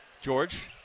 George